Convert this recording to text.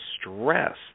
stress